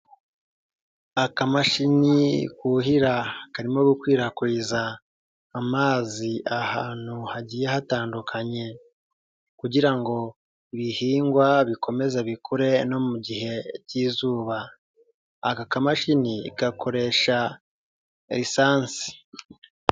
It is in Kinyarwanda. Akamashini kuhira karimo gukwirakwiza amazi ahantu hagiye hatandukanye kugira ngo ibihingwa bikomeze bikure no mu gihe cy'izuba. Aka kamashini gakoresha lisansi.